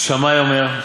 שמאי אומר: